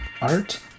art